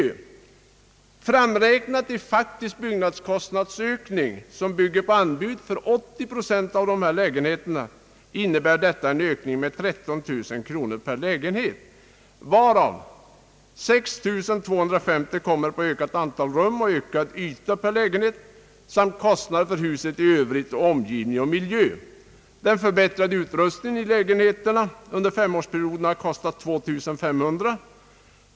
med utgångspunkt från anbud för 80 procent av dessa lägenheter, innebär de nämnda komponenterna en ökning med 13 000 kronor per lägenhet, varav 6 250 kronor kommer på ökat antal rum och ökad yta per lägenhet samt kostnad för huset i övrigt jämte omgivning och miljö. Den förbättrade utrustningen i lägenheterna under femårsperioden har kostat 2500 kronor.